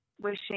wishing